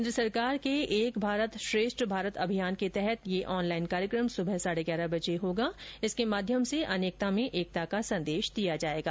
केन्द्र सरकार के एक भारत श्रेष्ठ भारत अभियान के तहत ये ऑनलाइन कार्यक्रम सुबह साढे ग्यारह बजे होगा जिसके माध्यम से अनेकता में एकता का संदेश दिया जायेगा